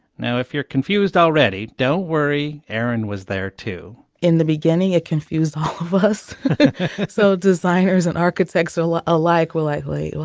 now, if you're confused already, don't worry erin was there, too in the beginning, it confused all of us so designers and architects so ah alike were like, wait what?